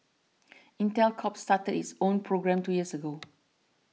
Intel Corp started its own program two years ago